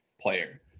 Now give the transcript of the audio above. player